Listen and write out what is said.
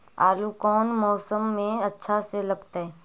आलू कौन मौसम में अच्छा से लगतैई?